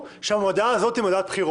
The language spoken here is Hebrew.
המודעה הזאת.